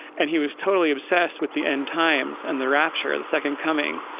and he was totally obsessed with the end times and the rapture, the second coming.